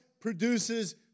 produces